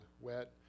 wet